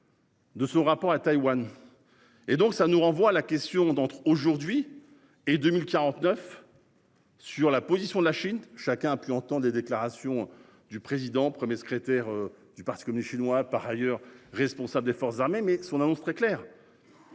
De son rapport à Taïwan. Et donc ça nous renvoie la question d'entre aujourd'hui et 2049. Sur la position de la Chine. Chacun a pu entend des déclarations du président, 1er secrétaire du Parti communiste chinois par ailleurs responsable des forces armées mais son annonce très clair.